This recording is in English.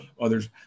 others